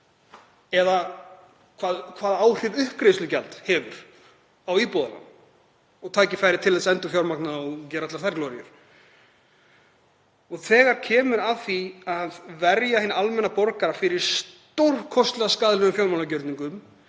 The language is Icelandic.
eða hvaða áhrif uppgreiðslugjald hefur á íbúðalán og tækifæri til þess að endurfjármagna og gera allar þær gloríur. Þegar kemur að því að verja hinn almenna borgara fyrir stórkostlega skaðlegum fjármálagjörningum